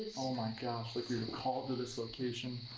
oh my gosh, like we were called to this location,